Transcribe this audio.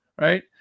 Right